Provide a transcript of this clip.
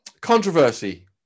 Controversy